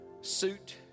suit